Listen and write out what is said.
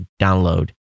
download